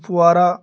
Kupwara